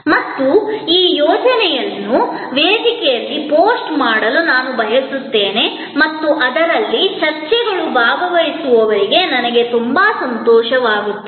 ಮತ್ತು ಈ ನಿಯೋಜನೆಯನ್ನು ವೇದಿಕೆಯಲ್ಲಿ ಪೋಸ್ಟ್ ಮಾಡಲು ನಾನು ಬಯಸುತ್ತೇನೆ ಮತ್ತು ಅದರಲ್ಲಿ ಚರ್ಚೆಗಳು ಭಾಗವಹಿಸುವವರಿಗೆ ನನಗೆ ತುಂಬಾ ಸಂತೋಷವಾಗುತ್ತದೆ